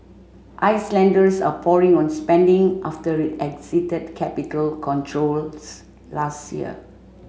Icelanders are pouring on spending after it exited capital controls last year